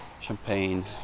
champagne